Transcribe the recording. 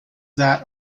that